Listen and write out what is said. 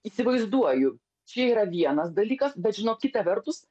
įsivaizduoju čia yra vienas dalykas bet žinok kita vertus